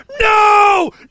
No